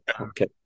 okay